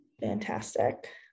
fantastic